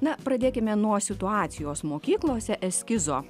na pradėkime nuo situacijos mokyklose eskizo